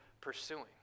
pursuing